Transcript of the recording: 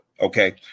okay